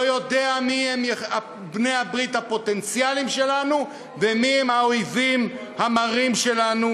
לא יודע מי הם בעלי הברית הפוטנציאליים שלנו ומי הם האויבים המרים שלנו,